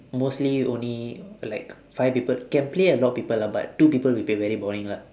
mostly only like five people can play a lot of people lah but two people will be very boring lah